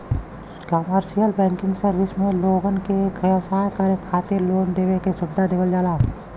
commercial banking service में लोगन के व्यवसाय करे खातिर लोन देवे के सुविधा देवल जाला